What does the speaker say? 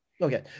Okay